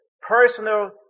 personal